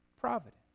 providence